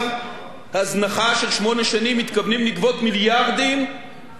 מתכוונים לגבות מיליארדים מהרווחים הכלואים בחברות הללו.